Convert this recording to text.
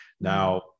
Now